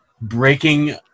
breaking